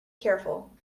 careful